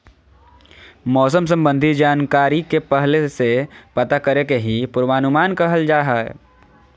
मौसम संबंधी जानकारी के पहले से पता करे के ही पूर्वानुमान कहल जा हय